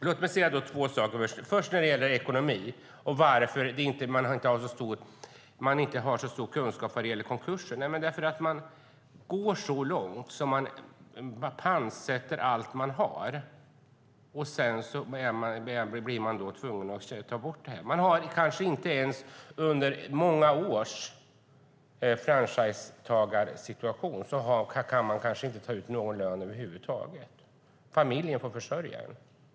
Låt mig då säga två saker, först när det gäller ekonomi och varför det inte finns så stor kunskap om konkurser. Det går så långt att man pantsätter allt man har, och sedan blir man tvungen att sluta. Man kanske inte ens under många års franchisetagarsituation har kunnat ta ut någon lön över huvud taget, utan familjen får försörja en.